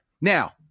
Now